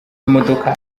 imodoka